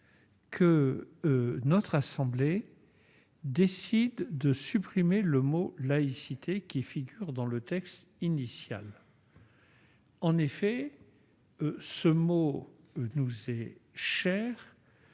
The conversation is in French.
si notre assemblée décidait de supprimer le mot « laïcité » figurant dans le texte initial. En effet, ce mot nous est cher.